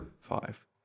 five